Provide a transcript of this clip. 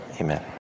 amen